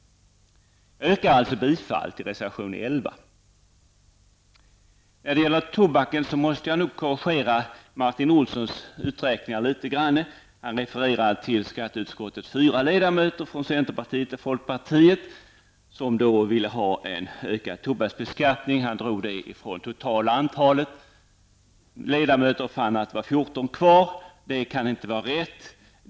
Jag yrkar bifall till reservation 11. När det gäller tobaken måste jag korrigera Martin Olssons uträkningar något. Han sade att skatteutskottets fyra ledamöter från folkpartiet och centerpartiet ville ha en ökad tobaksbeskattning. Han drog dessa fyra från det totala antalet ledamöter, och fann att det var 14 kvar. Det kan inte vara rätt.